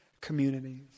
communities